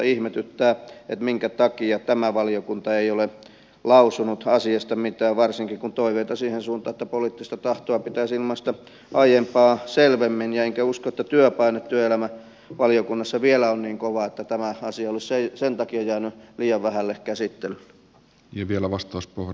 ihmetyttää minkä takia tämä valiokunta ei ole lausunut asiasta mitään varsinkin kun on toiveita siihen suuntaan että poliittista tahtoa pitäisi ilmaista aiempaa selvemmin enkä usko että työpaine työelämävaliokunnassa vielä on niin kova että tämä asia olisi sen takia jäänyt liian vähälle käsittelylle